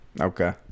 Okay